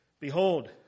Behold